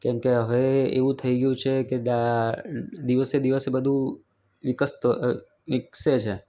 કેમ કે હવે એવું થઈ ગયું છે કે દા દિવસે દિવસે બધું વિકસતો વિકસે છે